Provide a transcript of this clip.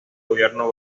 gobierno